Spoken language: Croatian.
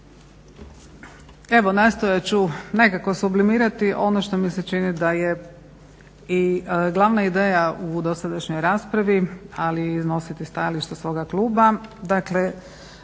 Evo nastojat ću nekako sublimirati ono što mi se čini da je i glavna ideja u dosadašnjoj raspravi ali iznositi stajališta svoga Kluba,